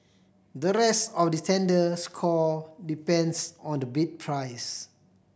the rest of the tender score depends on the bid price